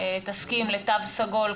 הממשלה תסכים לתו סגול,